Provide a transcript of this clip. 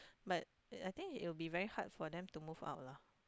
but I think it would be very hard for them to move out lah